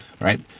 right